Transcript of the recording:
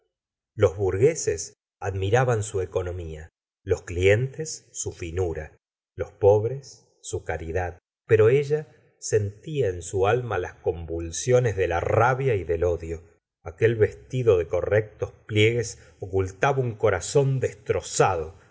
los burgueses admiraban su economía los clientes su finura los pobres su caridad pero ella sentía en su alma las convulsiones de la rabia y del odio aquel vestido de correctos pliegues ocultaba un corazón destrozado